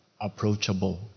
approachable